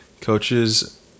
coaches